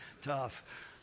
tough